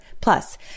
Plus